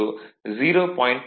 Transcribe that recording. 07 0